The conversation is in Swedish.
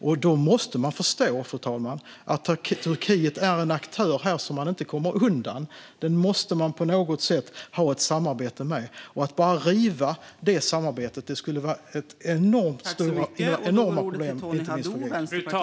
Och då måste man förstå, fru talman, att Turkiet är en aktör som man inte kommer undan utan på något sätt måste ha ett samarbete med. Att bara riva det samarbetet skulle innebära enorma problem, inte minst för Grekland.